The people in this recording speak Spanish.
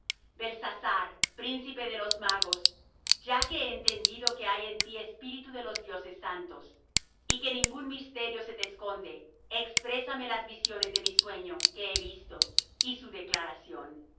beltsasar príncipe de los magos ya que he entendido que hay en ti espíritu de los dioses santos y que ningún misterio se te esconde exprésame las visiones de mi sueño que he visto y su declaración